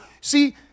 see